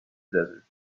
desert